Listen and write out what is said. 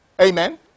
amen